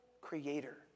creator